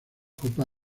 copa